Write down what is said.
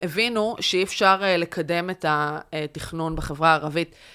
הבינו שאי אפשר לקדם את התכנון בחברה הערבית.